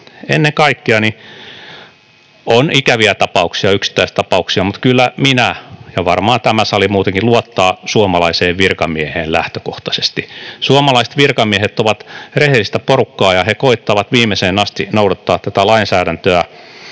ennen kaikkea... On ikäviä tapauksia, yksittäistapauksia, mutta kyllä minä ja varmaan tämä sali muutenkin luotamme suomalaiseen virkamieheen lähtökohtaisesti. Suomalaiset virkamiehet ovat rehellistä porukkaa ja he koettavat viimeiseen asti noudattaa tätä lainsäädäntöä,